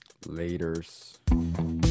laters